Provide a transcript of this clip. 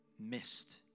missed